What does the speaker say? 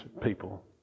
people